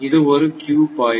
இது ஒரு Q பாய்வு